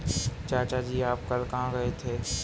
चाचा जी आप कल कहां गए थे?